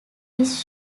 his